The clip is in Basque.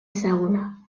ezaguna